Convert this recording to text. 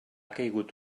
caigut